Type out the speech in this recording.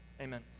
amen